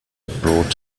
brought